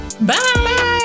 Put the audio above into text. Bye